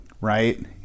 right